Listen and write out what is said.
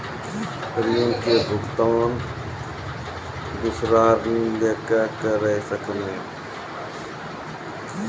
ऋण के भुगतान दूसरा ऋण लेके करऽ सकनी?